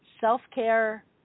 self-care